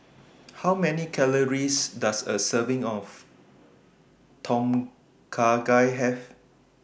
How Many Calories Does A Serving of Tom Kha Gai Have